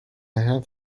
have